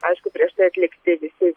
aišku prieš tai atlikti visi